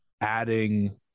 adding